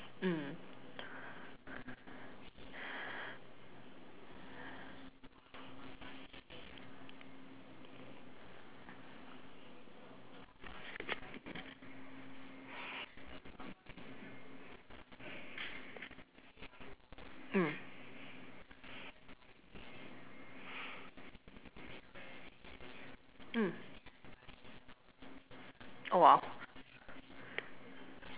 mm mm mm !wah!